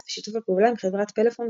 ושיתוף הפעולה עם חברת פלאפון הסתיים.